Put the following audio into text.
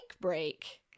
break